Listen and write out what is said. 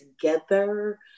together